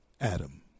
Adam